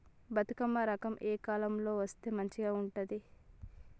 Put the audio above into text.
బతుకమ్మ రకం ఏ కాలం లో వేస్తే మంచిగా ఉంటది?